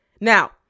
Now